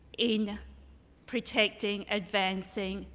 in protecting, advancing,